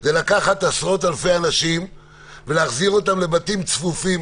זה לקחת עשרות אלפי אנשים ולהחזיר אותם לבתים צפופים,